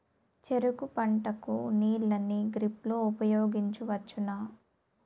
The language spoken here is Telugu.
చెరుకు పంట కు నీళ్ళని డ్రిప్ లో ఉపయోగించువచ్చునా?